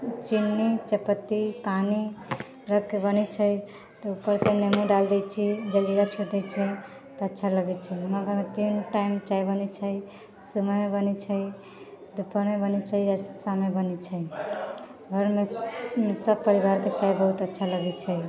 चिन्नी चायपत्ती पानि रखिके बनै छै तऽ उपरसँ निम्बू डालि दै छियै तऽ अच्छा लगै छै हमरा घरमे तीन टाइम चाय बनै छै सुबहमे बनै छै दुपहरमे बनै छै शाममे बनै छै घरमे सब परिवारके चाय बहुत अच्छा लगै छै